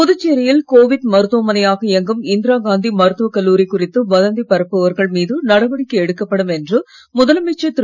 புதுச்சேரியில் கோவிட் மருத்துவமனையாக இயங்கும் இந்திராகாந்தி மருத்துவ கல்லூரி குறித்து வதந்தி பரப்புபவர்கள் மீது நடவடிக்கை எடுக்கப்படும் என்று முதலமைச்சர் திரு